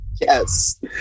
Yes